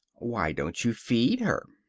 why don't you feed her?